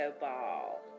ball